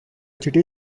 city